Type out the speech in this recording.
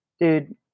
Dude